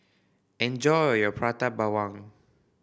enjoy your Prata Bawang